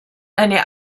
eine